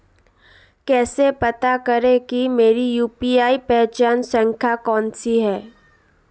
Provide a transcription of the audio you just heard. कैसे पता करें कि मेरी यू.पी.आई पहचान संख्या कौनसी है?